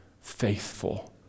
faithful